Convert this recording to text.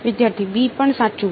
વિદ્યાર્થી b પણ સાચું